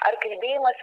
ar kalbėjimas